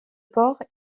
porc